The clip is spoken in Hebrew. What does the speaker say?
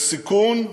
יש סיכון,